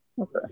okay